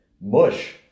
mush